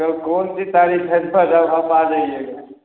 कल कौन सी तारीख है जो आप आ जाइएगा